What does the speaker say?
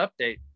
update